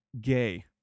gay